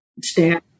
staff